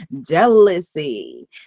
jealousy